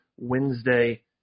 Wednesday